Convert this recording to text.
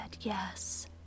Yes